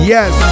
Yes